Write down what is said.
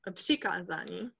přikázání